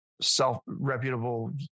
self-reputable